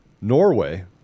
Norway